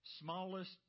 smallest